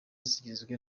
zigizwe